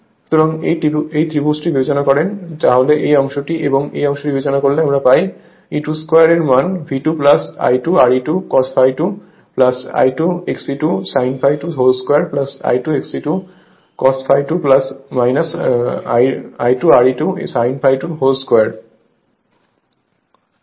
সুতরাং এই ত্রিভুজটি যদি বিবেচনা করেন তাহলে এই অংশটি এবং এই অংশটি বিবেচনা করলে আমরা এটি পাই E2 2 এর মান V2 I2 Re2 cos ∅2 I2 XE2 sin ∅2² I2 XE2 cos ∅2 I2 Re2 sin ∅2 2